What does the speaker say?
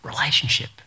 relationship